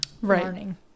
learning